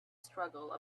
struggle